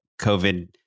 COVID